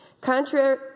Contrary